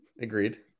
agreed